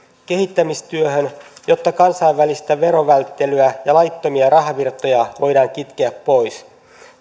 kehittämistyöhön jotta kansainvälistä verovälttelyä ja laittomia rahavirtoja voidaan kitkeä pois